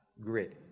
Grit